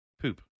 poop